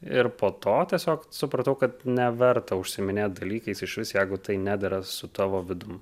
ir po to tiesiog supratau kad neverta užsiiminėt dalykais išvis jeigu tai nedera su tavo vidum